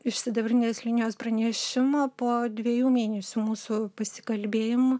iš sidabrinės linijos pranešimą po dviejų mėnesių mūsų pasikalbėjimų